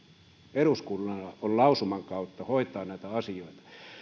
eduskunnalla on lausuman kautta hoitaa näitä asioita